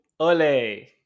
Ole